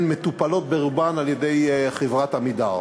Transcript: מטופלות ברובן על-ידי חברת "עמידר".